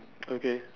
okay